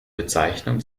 bezeichnung